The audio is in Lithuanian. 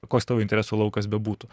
koks tavo interesų laukas bebūtų